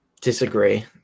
Disagree